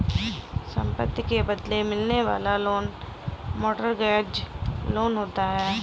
संपत्ति के बदले मिलने वाला लोन मोर्टगेज लोन होता है